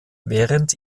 während